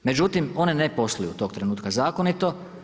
Međutim, one ne posluju od tog trenutka zakonito.